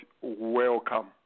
welcome